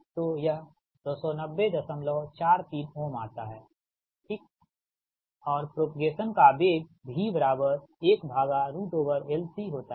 तो यह 29043 ओम आता है ठीक ओर है और प्रोप्गेसन का वेग v1LC होता है